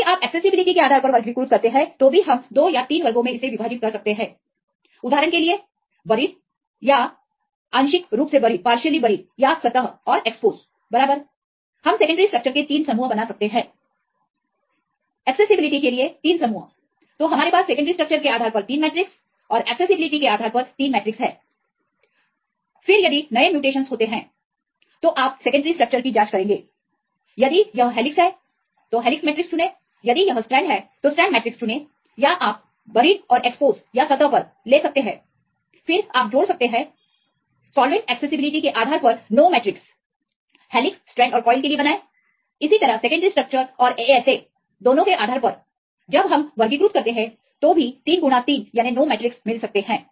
यदि आप एक्सेसिबिलिटी के आधार पर वर्गीकृत करते हैं तो भी हम 2 वर्ग या 3 वर्ग बना सकते हैं उदाहरण के लिए बरीड या आंशिक रूप से बरीड या सतह बराबर हम सेकेंडरी स्ट्रक्चरस के 3 समूह बना सकते हैं एक्सेसिबिलिटी के लिए 3 समूह तो हमारे पास सेकेंडरी स्ट्रक्चर के आधार पर 3 मैट्रिक्स और एक्सेसिबिलिटी के आधार पर 3 मैट्रिक्स हैंफिर यदि नए म्यूटेशंस होते हैं तो आप सेकेंडरी स्ट्रक्चर की जांच करेंगे यदि यह हेलिक्स है तो हेलिक्स मैट्रिक्स चुनें यदि यह स्ट्रैंड है तो स्ट्रैंड मैट्रिक्स चुने या आप बरीड और सतह से ले सकते हैं फिर आप जोड़ सकते हैं सॉल्वैंट्स एक्सेसिबिलिटी के आधार पर 9 मैट्रिक्स हेलिक्स स्ट्रैंड और कॉइल के लिए बनाए इसी तरह सेकेंडरी स्ट्रक्चर और ASA दोनों के आधार पर जब हम वर्गीकृत करते हैं तो भी 3 गुणा 3 याने 9 मैट्रिक्स मिल सकते हैं